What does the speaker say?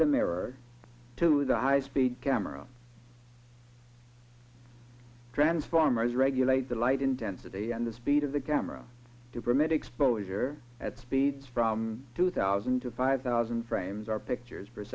the mirror to the high speed camera transformers regulate the light intensity and the speed of the camera to permit exposure at speeds from two thousand to five thousand frames are pictures